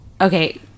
okay